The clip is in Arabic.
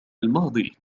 الماضي